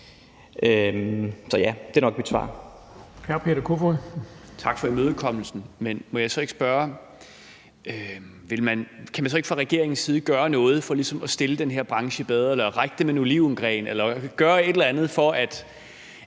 Hr. Peter Kofod. Kl. 13:33 Peter Kofod (DF): Tak for imødekommelsen. Men må jeg så ikke spørge: Kan man så ikke fra regeringens side gøre noget for ligesom at stille den her branche bedre eller række dem en olivengren eller gøre et eller andet for, at